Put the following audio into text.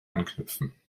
anknüpfen